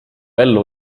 ellu